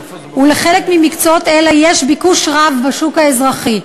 ולחלק ממקצועות אלה יש ביקוש רב בשוק האזרחי.